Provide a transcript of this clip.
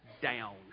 down